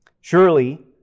Surely